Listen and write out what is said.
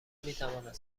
میتواند